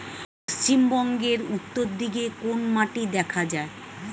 পশ্চিমবঙ্গ উত্তর দিকে কোন মাটি দেখা যায়?